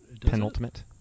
penultimate